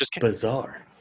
bizarre